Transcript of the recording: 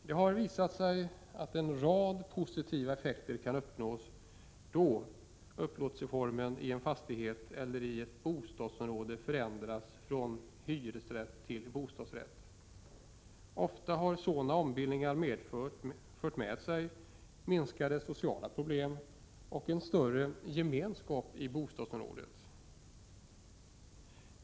Det har visat sig att en rad positiva effekter kan uppnås då upplåtelseformen i en fastighet eller i ett bostadsområde förändras från hyresrätt till bostadsrätt. Ofta har sådana ombildningar fört med sig minskade sociala problem och en större gemenskap i bostadsområdet.